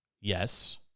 yes